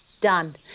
done!